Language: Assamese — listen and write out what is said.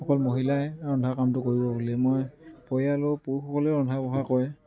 অকল মহিলাই ৰন্ধা কামটো কৰিব বুলি মই পৰিয়ালৰ পুৰুষসকলেও ৰন্ধা বঢ়া কৰে